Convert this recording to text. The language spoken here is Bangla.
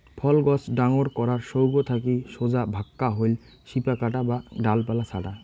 ফল গছ ডাগর করার সৌগ থাকি সোজা ভাক্কা হইল শিপা কাটা বা ডালপালা ছাঁটা